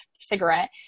cigarette